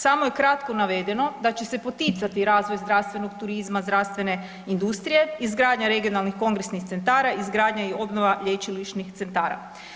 Samo je kratko navedeno da će se poticati razvoj zdravstvenog turizma, zdravstvene industrije, izgradnje regionalnih kongresnih centara, izgradnja i obnova lječilišnih centara.